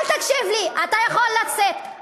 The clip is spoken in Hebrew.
אל תקשיב לי, אתה יכול לצאת.